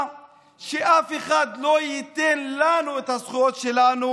שאף אחד לא ייתן לנו את הזכויות שלנו,